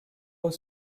haut